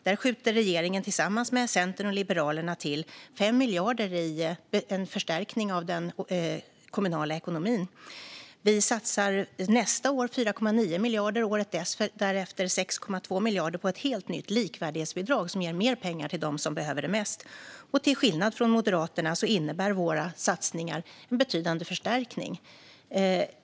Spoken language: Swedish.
Där skjuter regeringen tillsammans med Centern och Liberalerna till 5 miljarder i en förstärkning av den kommunala ekonomin. Vi satsar nästa år 4,9 miljarder och året därefter 6,2 miljarder på ett helt nytt likvärdighetsbidrag som ger mer pengar till dem som behöver det mest. Till skillnad från Moderaternas innebär våra satsningar en betydande förstärkning.